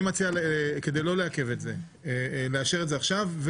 אני מציע, כדי לא לעכב את זה, לאשר את זה עכשיו.